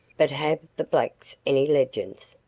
but have the blacks any legends?